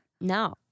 No